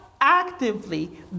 actively